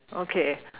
okay